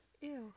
ew